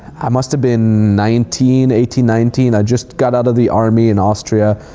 i must've been nineteen, eighteen, nineteen. i just got out of the army in austria.